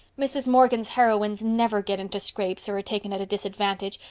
mrs. morgan's heroines never get into scrapes or are taken at a disadvantage,